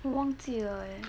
忘记了 eh